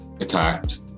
attacked